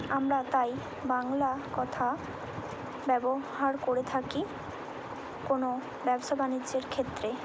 আমরা তাই বাংলা কথা ব্যবহার করে থাকি কোনো ব্যবসা বাণিজ্যের ক্ষেত্রে